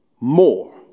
more